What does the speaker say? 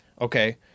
okay